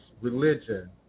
religion